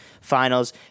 Finals